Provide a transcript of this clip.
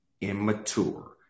immature